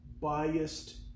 biased